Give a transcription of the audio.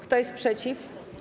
Kto jest przeciw?